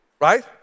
right